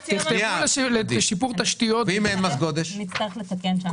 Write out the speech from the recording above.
אז נצטרך לתקן שם.